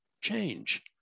change